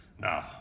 Now